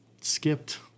skipped